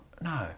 no